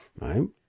right